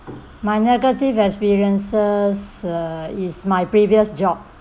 my negative experiences uh is my previous job